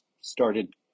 started